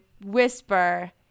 whisper